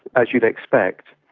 as you'd expect,